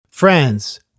Friends